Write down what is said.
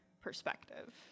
perspective